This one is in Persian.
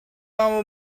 اما